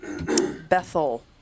Bethel